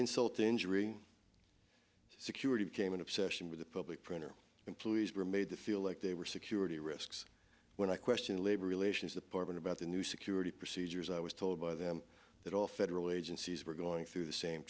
insult to injury security became an obsession with the public printer employees were made to feel like they were security risks when i questioned labor relations department about the new security procedures i was told by them that all federal agencies were going through the same